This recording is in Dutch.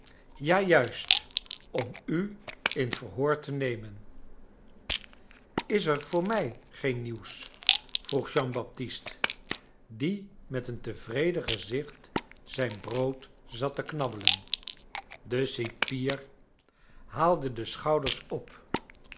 ja juist om u in verhoor te nemen v is er voor mij geen nie uws vroeg jean baptist die met een tevreden gezicht zijn brood zat te knabbelen i e cipier haalde de schouders op